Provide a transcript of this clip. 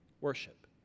Worship